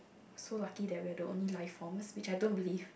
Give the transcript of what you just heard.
so lucky that we are the only life forms which I don't believe